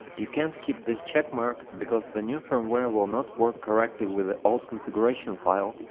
you can't keep this checkmark, because the new firmware will not work correctly with the old configuration file.